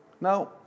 Now